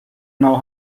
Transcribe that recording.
know